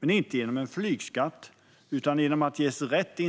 Men det ska inte ske genom en flygskatt, utan genom att det ges rätt